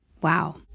Wow